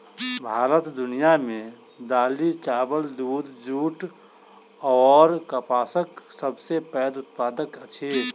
भारत दुनिया मे दालि, चाबल, दूध, जूट अऔर कपासक सबसे पैघ उत्पादक अछि